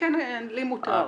לי מותר.